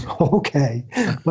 Okay